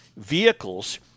vehicles